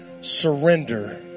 surrender